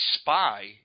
spy